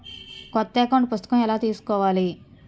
కొత్త అకౌంట్ పుస్తకము ఎలా తీసుకోవాలి?